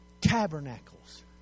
tabernacles